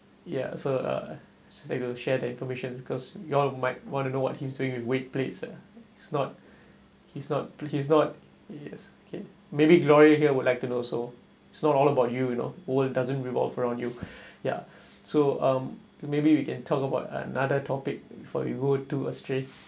ya so uh just like to share the information cause you all might want to know what he's doing with weight plates ah it's not he's not he's not he is okay maybe gloria here would like to know so it's not all about you you know or it doesn't revolve around you ya so um maybe we can talk about another topic before you go to a straight